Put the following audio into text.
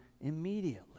immediately